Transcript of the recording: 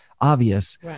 obvious